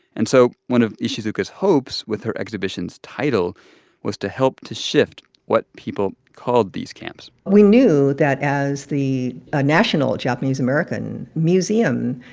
and so one of ishizuka's hopes with her exhibition's title was to help to shift what people called these camps we knew that as the ah national japanese american museum,